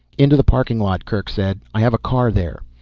into the parking lot, kerk said. i have a car there.